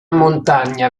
montagna